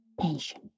tension